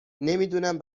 نمیدونم